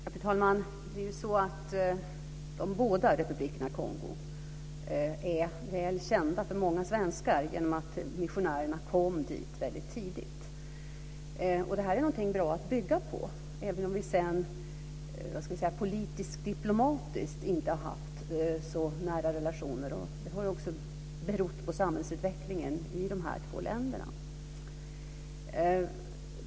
Fru talman! De båda republikerna Kongo är väl kända för många svenskar genom att missionärerna kom dit väldigt tidigt. Det är någonting bra att bygga på, även om vi sedan politiskt-diplomatiskt inte haft så nära relationer. Det har också berott på samhällsutvecklingen i dessa två länder.